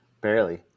barely